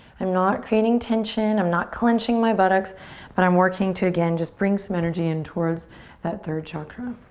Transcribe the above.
i'm not creating tension. i'm not clenching my buttocks but i'm working to, again, just bring some energy in towards that third chakra.